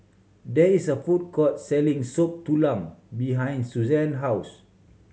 there is a food court selling Soup Tulang behind Susann house